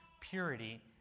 purity